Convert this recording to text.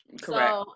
Correct